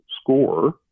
score